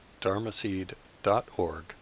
dharmaseed.org